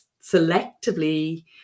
selectively